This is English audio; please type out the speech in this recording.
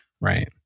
right